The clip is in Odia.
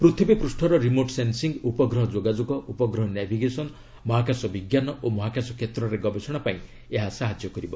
ପୃଥିବୀ ପୃଷ୍ଣର ରିମୋଟ୍ ସେନ୍ସିଙ୍ଗ୍ ଉପଗ୍ରହ ଯୋଗାଯୋଗ ଉପଗ୍ରହ ନାଭିଗେସନ୍ ମହାକାଶ ବିଜ୍ଞାନ ଓ ମହାକାଶ କ୍ଷେତ୍ରରେ ଗବେଷଣା ପାଇଁ ଏହା ସାହାଯ୍ୟ କରିବ